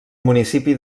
municipi